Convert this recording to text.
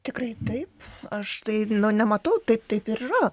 tikrai taip aš tai nu nematau taip taip ir yra